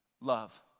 love